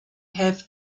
have